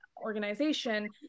organization